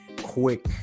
quick